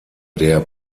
der